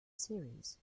series